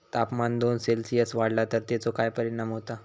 तापमान दोन सेल्सिअस वाढला तर तेचो काय परिणाम होता?